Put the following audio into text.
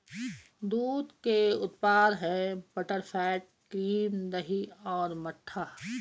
दूध के उत्पाद हैं बटरफैट, क्रीम, दही और मट्ठा